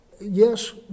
Yes